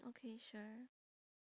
okay sure